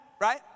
Right